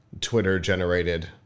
Twitter-generated